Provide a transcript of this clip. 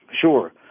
Sure